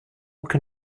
can